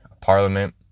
parliament